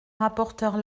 rapporteure